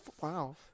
wow